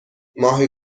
ماه